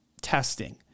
testing